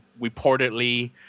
reportedly